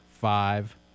five